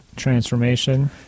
transformation